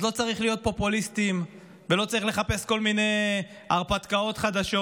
אז לא צריך להיות פופוליסטיים ולא צריך לחפש כל מיני הרפתקאות חדשות.